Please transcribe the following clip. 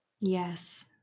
Yes